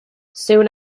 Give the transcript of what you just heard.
soon